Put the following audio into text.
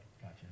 Gotcha